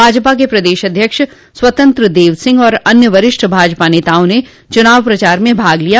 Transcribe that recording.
भाजपा के प्रदेश अध्यक्ष स्वतंत्र देव सिंह एवं अन्य वरिष्ठ भाजपा नेताओं ने चुनाव प्रचार में भाग लिया